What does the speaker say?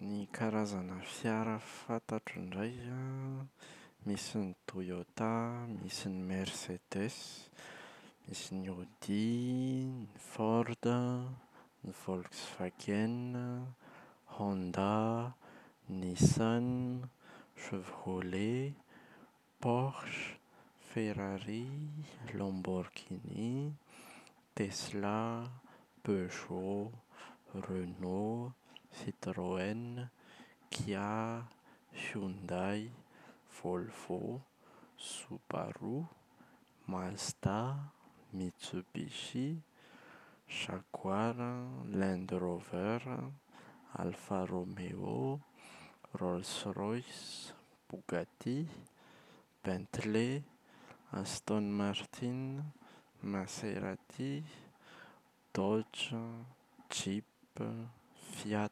Ny karazana fiara fantatro indray an Misy ny Toyota, misy ny Mercedes, misy ny Audi, ny Ford an, ny Volkswagen, Honda, Nissan, Chevrolet, Porsche, Ferrari, Lamborghini, Tesla, Peugeot, Renault, Citroën, Kia, Hyundai, Volvo, Subaru, Mazda, Mitsubishi, Jaguar an, Land Rover an, Alpha Romeo, Rolls Royce, Bugatti, Bentley, Aston Martin, Mazeratti, Dodge, Jeep, Fiat,